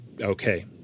okay